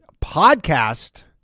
podcast